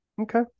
Okay